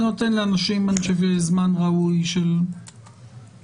זה נותן לאנשים זמן ראוי של התרעה.